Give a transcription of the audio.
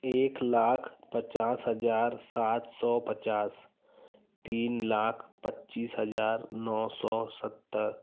एक लाख पचास हजार सात सौ पचास तीन लाख पच्चीस हजार नौ सौ सत्तर